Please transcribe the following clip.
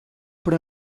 però